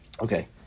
Okay